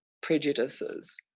prejudices